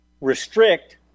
restrict